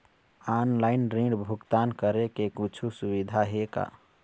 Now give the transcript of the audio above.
Online ऋण भुगतान करे के कुछू सुविधा हे का?